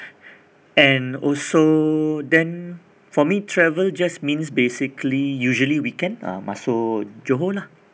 and also then for me travel just means basically usually weekend ah masuk johor lah